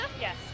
Yes